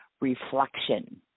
reflection